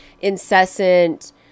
incessant